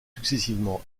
successivement